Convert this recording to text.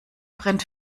brennt